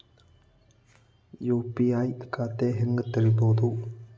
UPI ಖಾತಾ ಹೆಂಗ್ ತೆರೇಬೋದು?